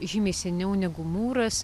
žymiai seniau negu mūras